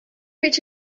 reach